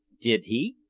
did he?